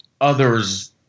others